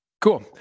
Cool